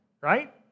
Right